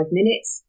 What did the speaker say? minutes